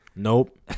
Nope